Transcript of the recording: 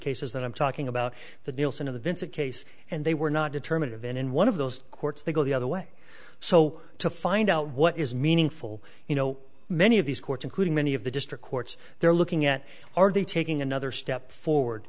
cases that i'm talking about the deals in the vincent case and they were not determinative in in one of those courts they go the other way so to find out what is meaningful you know many of these courts including many of the district courts they're looking at are they taking another step forward